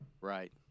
Right